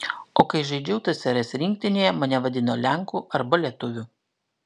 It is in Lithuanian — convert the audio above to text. o kai žaidžiau tsrs rinktinėje mane vadino lenku arba lietuviu